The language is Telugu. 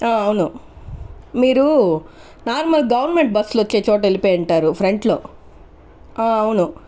అవును మీరు నార్మల్ గవర్నమెంట్ బస్సులు వచ్చే చోట వెళ్ళిపోయుంటారు ఫ్రంట్ లో అవును